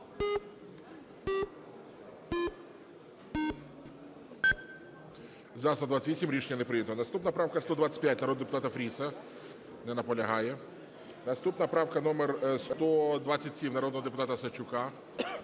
За-128 Рішення не прийнято. Наступна правка - 125, народного депутата Фріса. Не наполягає. Наступна правка - номер 127, народного депутата Осадчука.